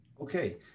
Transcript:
Okay